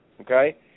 Okay